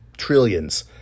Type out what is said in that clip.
trillions